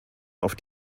auf